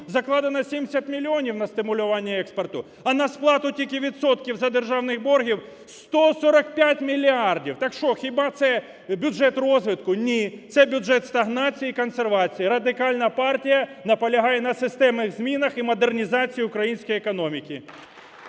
закладено 70 мільйонів на стимулювання експорту, а на сплату тільки відсотків за державні борги – 145 мільярдів. Так що, хіба це бюджет розвитку? Ні. Це бюджет стагнації і консервації. Радикальна партія наполягає на системних змінах і модернізації української економіки.